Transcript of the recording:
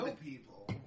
people